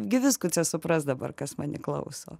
gi viskų tce supras dabar kas neklauso